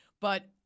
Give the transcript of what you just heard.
But-